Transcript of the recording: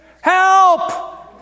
Help